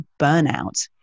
burnout